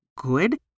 Good